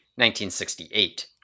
1968